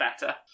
better